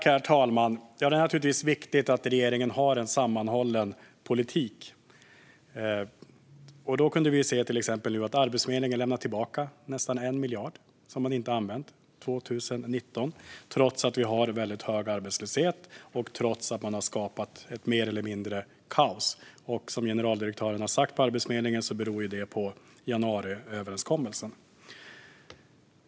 Herr talman! Det är naturligtvis viktigt att regeringen har en sammanhållen politik. Vi kan se att Arbetsförmedlingen lämnar tillbaka nästan 1 miljard som man inte har använt för 2019, trots hög arbetslöshet och trots att man mer eller mindre har skapat ett kaos. Som generaldirektören på Arbetsförmedlingen har sagt beror det på januariöverenskommelsen.